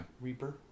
Reaper